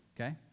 okay